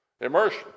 immersion